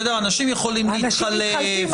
אנשים יכולים להתחלף,